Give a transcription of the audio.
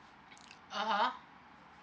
(uh huh)